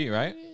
right